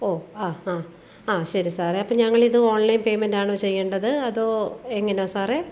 O അ അ ആ ശരി സാറെ അപ്പം ഞങ്ങൾ ഇത് ഓൺലൈൻ പേമെന്റ് ആണോ ചെയ്യേണ്ടത് അതോ എങ്ങനെയാ സാറെ